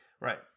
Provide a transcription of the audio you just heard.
right